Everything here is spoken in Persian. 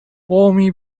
قومی